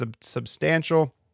substantial